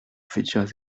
futurs